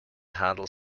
handle